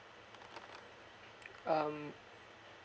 um